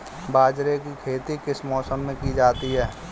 बाजरे की खेती किस मौसम में की जाती है?